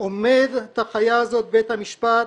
עומדת החיה הזו בבית המשפט,